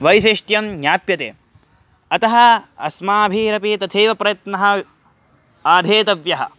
वैशिष्ट्यं ज्ञाप्यते अतः अस्माभिरपि तथैव प्रयत्नः आधेतव्यः